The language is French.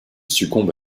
succombe